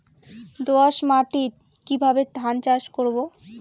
দোয়াস মাটি কিভাবে ধান চাষ করব?